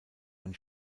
ein